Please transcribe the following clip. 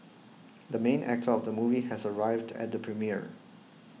the main actor of the movie has arrived at the premiere